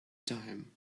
time